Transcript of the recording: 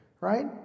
Right